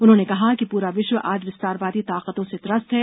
उन्होंने कहा कि पूरा विश्व आज विस्तारवादी ताकतों से त्रस्त है